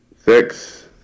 Six